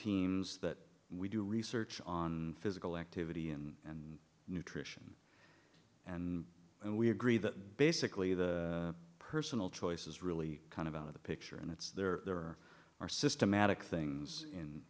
teams that we do research on physical activity and nutrition and we agree that basically the personal choice is really kind of out of the picture and it's there are more systematic things in